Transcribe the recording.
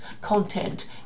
content